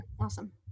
awesome